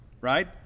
right